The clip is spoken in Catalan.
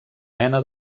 mena